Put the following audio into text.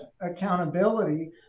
accountability